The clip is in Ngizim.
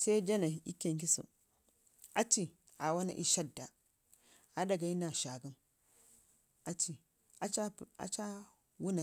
sai da nai ii kenkaso aci aa wanna ii shadda, aɗa gayi naa zhagəm aci aa ulənna.